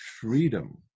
freedom